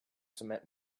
cement